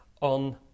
on